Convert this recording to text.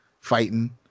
fighting